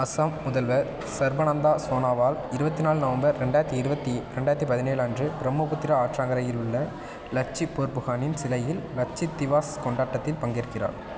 அஸ்ஸாம் முதல்வர் சர்பானந்தா சோனோவால் இருபத்தி நாலு நவம்பர் ரெண்டாயிரத்தி இருபத்தி ரெண்டாயிரத்தி பதினேழு அன்று பிரம்மபுத்திரா ஆற்றங்கரையில் உள்ள லச்சித் போர்புகானின் சிலையில் லச்சித் திவாஸ் கொண்டாட்டத்தில் பங்கேற்கிறார்